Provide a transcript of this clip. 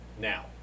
now